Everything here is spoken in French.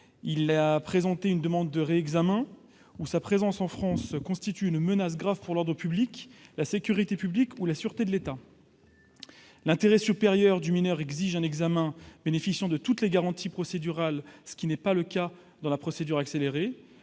s'il a présenté une demande de réexamen ou si sa présence en France constitue une menace grave pour l'ordre public, la sécurité publique ou la sûreté de l'État. L'intérêt supérieur du mineur exige un examen bénéficiant de toutes les garanties procédurales, ce qui n'est pas le cas dans la procédure accélérée